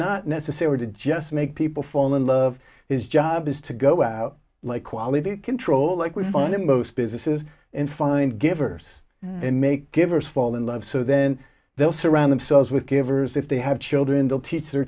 not necessary to just make people fall in love his job is to go out like quality control like we find in most businesses and find givers and make givers fall in love so then they'll surround themselves with givers if they have children they'll teach their